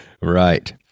Right